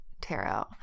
Tarot